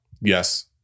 Yes